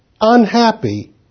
unhappy